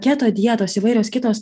keto dietos įvairios kitos